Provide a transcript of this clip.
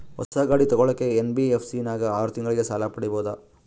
ಹೊಸ ಗಾಡಿ ತೋಗೊಳಕ್ಕೆ ಎನ್.ಬಿ.ಎಫ್.ಸಿ ನಾಗ ಆರು ತಿಂಗಳಿಗೆ ಸಾಲ ಪಡೇಬೋದ?